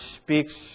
speaks